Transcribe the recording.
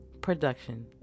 production